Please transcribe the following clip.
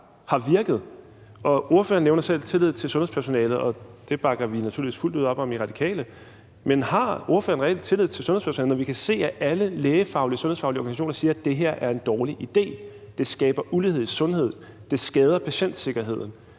har virket? Ordføreren nævner selv tillid til sundhedspersonalet, og det bakker vi naturligvis fuldt ud op om i Radikale, men har ordføreren reelt tillid til sundhedspersonalet, når vi kan se, at alle lægefaglige og sundhedsfaglige organisationer siger, at det her er en dårlig idé, at det skaber ulighed i sundhed, og at det skader patientsikkerheden?